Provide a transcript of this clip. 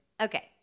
Okay